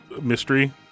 mystery